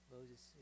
Moses